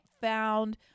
found